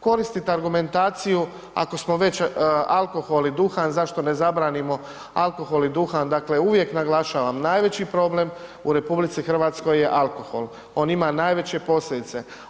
Koristit argumentaciju ako smo već alkohol i duhan, zašto ne zabranimo alkohol i duhan, dakle uvijek naglašavam, najveći problem u RH je alkohol, on ima najveće posljedice.